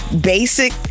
basic